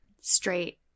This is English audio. straight